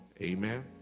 Amen